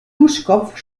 duschkopf